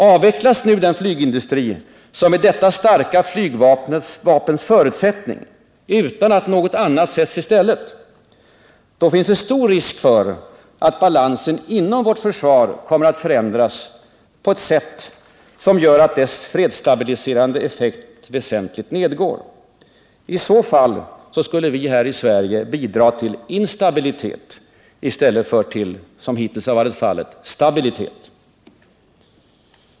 Avvecklas den flygindustri som är detta starka flygvapens förutsättning, utan att något annat sätts i stället, då finns det stor risk för att balansen inom vårt försvar kommer att förändras på ett sätt som gör att försvarets fredsstabiliserande effekt väsentligt nedgår. I så fall skulle vi här i Sverige bidra till instabilitet i stället för som hittills varit fallet till stabilitet.